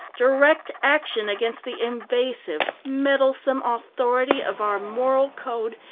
direct action against the invasive, meddlesome authority of our moral code,